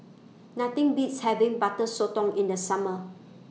Nothing Beats having Butter Sotong in The Summer